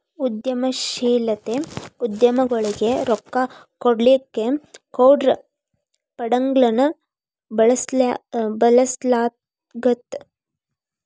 ಉದ್ಯಮಶೇಲತೆ ಉದ್ಯಮಗೊಳಿಗೆ ರೊಕ್ಕಾ ಕೊಡ್ಲಿಕ್ಕೆ ಕ್ರೌಡ್ ಫಂಡ್ಗಳನ್ನ ಬಳಸ್ಲಾಗ್ತದ